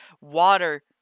water